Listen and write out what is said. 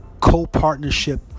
co-partnership